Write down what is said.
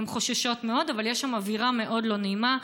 הן חוששות מאוד, אבל יש שם אווירה מאוד לא נעימה.